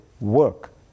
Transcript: work